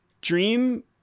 Dream